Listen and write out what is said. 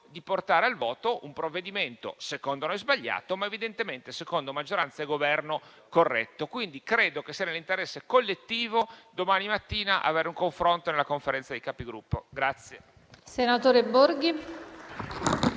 di portare al voto un provvedimento secondo noi sbagliato, ma evidentemente a suo giudizio e a giudizio del Governo corretto. Credo che sia nell'interesse collettivo, domani mattina, avere un confronto nella Conferenza dei Capigruppo.